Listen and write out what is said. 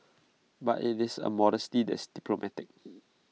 but IT is A modesty that is diplomatic